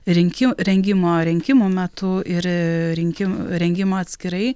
rinki rengimo rinkimų metu ir rinki rengimą atskirai